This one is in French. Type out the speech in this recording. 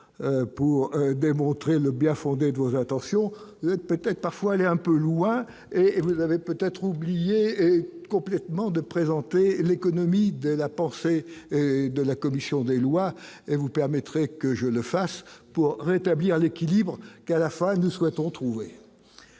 pour démontrer le bien-fondé de vos intentions peut-être parfois aller un peu loin et vous avez peut-être oublié complètement de présenter l'économie de la pensée et de la commission des lois, et vous permettrez que je le fasse pour rétablir l'équilibre qu'à la fin, nous souhaitons trouver.